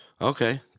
Okay